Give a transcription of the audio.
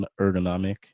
ergonomic